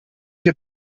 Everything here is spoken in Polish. się